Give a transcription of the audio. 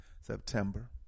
September